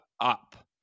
up